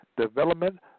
development